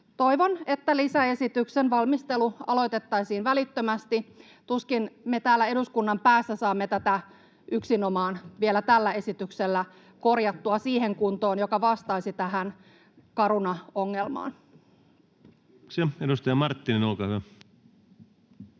toivon, että lisäesityksen valmistelu aloitettaisiin välittömästi. Tuskin me täällä eduskunnan päässä saamme tätä vielä yksinomaan tällä esityksellä korjattua sellaiseen kuntoon, joka vastaisi tähän Caruna-ongelmaan. [Speech 14] Speaker: